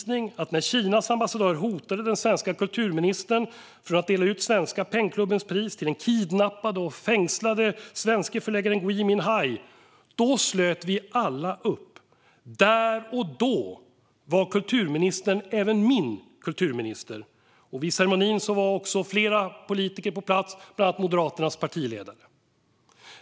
När Kinas ambassadör hotade den svenska kulturministern när det gällde att dela ut Svenska PEN:s pris till den kidnappade och fängslade svenska förläggaren Gui Minhai var det därför en viktig uppvisning att vi alla slöt upp. Där och då var kulturministern även min kulturminister. Vid ceremonin var också flera politiker på plats, bland annat Moderaternas partiledare.